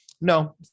no